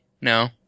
no